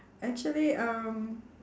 actually um